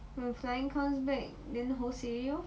I'm flying cause back then hoseh already lor